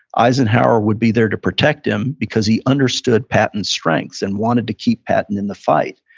eisenhower would be there to protect him, because he understood patton's strengths, and wanted to keep patton in the fight.